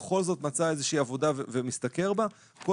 בכל זאת מצא איזושהי עבודה ומשתכר בה - כל